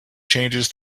changes